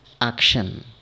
action